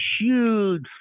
huge